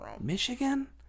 Michigan